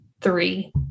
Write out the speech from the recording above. three